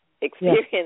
experience